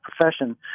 profession